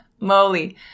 moly